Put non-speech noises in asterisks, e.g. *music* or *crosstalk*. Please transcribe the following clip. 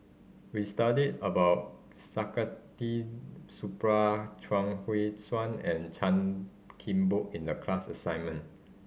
we study about *unintelligible* Supaat Chuang Hui Tsuan and Chan Kim Boon in the class assignment